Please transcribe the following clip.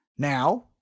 now